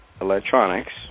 Electronics